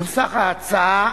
נוסח ההצעה